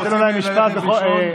תראה מה יקרה לך אחרי זה.